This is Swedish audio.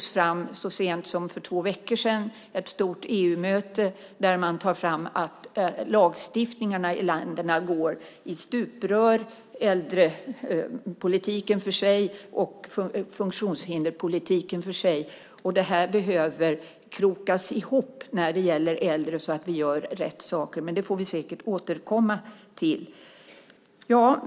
Så sent som för två veckor sedan var det ett stort EU-möte där man tog fram att lagstiftningen i länderna går i stuprör med äldrepolitiken för sig och politiken för funktionshindrade för sig. Det behöver krokas ihop när det gäller äldre så att vi gör rätt saker. Men det får vi säkert återkomma till.